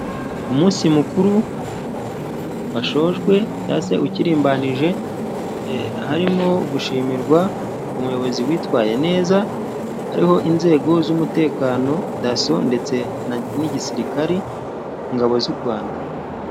umunsi mukuru wasojwe cyangwa se ukirimbanije, harimo gushimirwa umuyobozi witwaye neza. Hariho inzego z'umutekano, daso ndetse n'iza gisirikari, ingabo z'u rwanda.